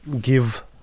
give